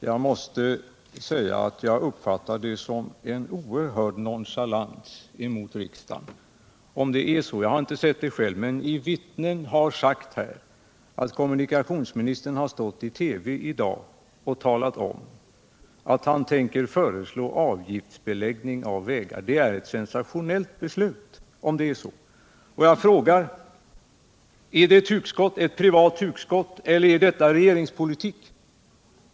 Jag uppfattar det som en oerhörd nonchalans emot riksdagen — jag har inte sett det själv, men vittnen har sagt det — om kommunikationsministern i TV i dag har talat om att han tänker föreslå avgiftsbeläggning av vägar men inte har något att säga om det här. Det är ett sensationellt beslut om det är sant. Jag frågar: Är det ett privat hugskott eller är det regeringspolitik?